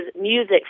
music